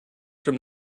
from